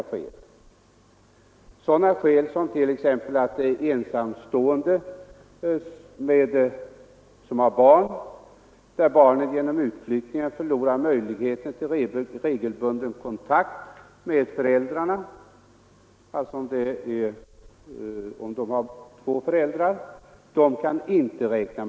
Ensamstående med barn — och även familjer där det har funnits två föräldrar — som förklarat att barnen vid en utflyttning skulle förlora möjligheterna till regelbunden kontakt med föräldern eller föräldrarna har inte kunnat räkna med att få sina ansökningar bifallna.